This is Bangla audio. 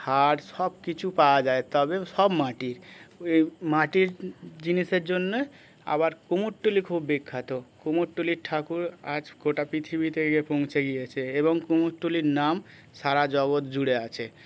হার সব কিছু পাওয়া যায় তবে সব মাটির এই মাটির জিনিসের জন্যে আবার কুমোরটুলি খুব বিখ্যাত কুমোরটুলির ঠাকুর আজ গোটা পৃথিবীতে গিয়ে পৌঁছে গিয়েছে এবং কুমোরটুলির নাম সারা জগত জুড়ে আছে